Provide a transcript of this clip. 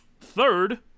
Third